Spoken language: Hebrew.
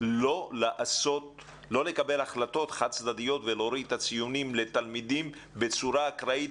לא לקבל החלטות חד-צדדיות ולהוריד לתלמידים את הציונים בצורה אקראית,